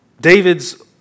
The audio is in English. David's